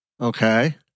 Okay